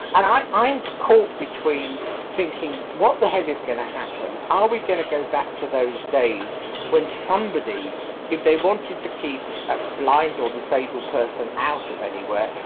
i'm ah i'm caught between thinking what the hell is going to happen? aare ah we going to go back to those days when somebody if they wanted to keep a blind or disabled person out of anywhere,